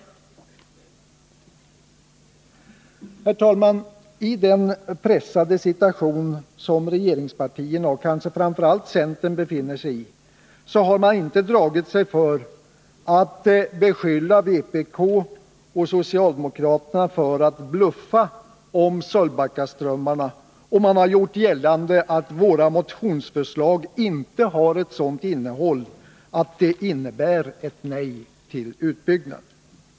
Herr talman! I den pressade situation som regeringspartierna, och kanske framför allt centern, befinner sig i har man inte dragit sig för att beskylla vpk Nr 27 och socialdemokraterna för att bluffa om Sölvbackaströmmarna, och man Onsdagen den har gjort gällande att våra motionsförslag inte har ett sådant innehåll att de 19 november 1980 innebär ett nej till utbyggnad.